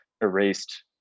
erased